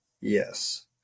Yes